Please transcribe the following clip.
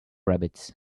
rabbits